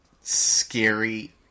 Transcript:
scary